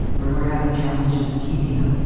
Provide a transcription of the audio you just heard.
where we're having challenges keeping up